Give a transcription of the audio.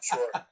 Sure